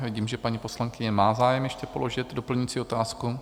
Vidím, že paní poslankyně má zájem ještě položit doplňující otázku.